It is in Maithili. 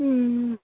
हूँ